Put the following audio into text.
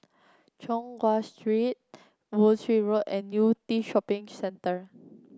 Choon Guan Street Woolwich Road and Yew Tee Shopping Centre